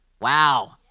Wow